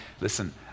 listen